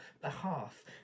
behalf